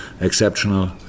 exceptional